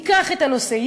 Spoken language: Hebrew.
ייקח את הנושא,